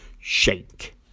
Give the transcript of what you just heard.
shake